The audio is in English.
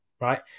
right